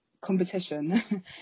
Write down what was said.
competition